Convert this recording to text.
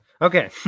Okay